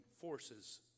forces